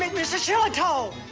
mr. shillitoe!